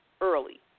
early